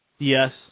Yes